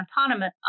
autonomous